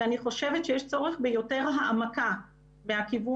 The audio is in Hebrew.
ואני חושבת שיש צורך ביותר העמקה בכיוון